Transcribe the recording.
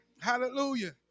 Hallelujah